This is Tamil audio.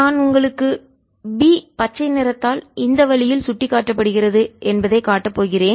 நான் உங்களுக்குக் B பச்சை நிறத்தால் இந்த வழியில் சுட்டிக்காட்டப்படுகிறது என்பதை காட்டப் போகிறேன்